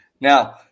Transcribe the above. Now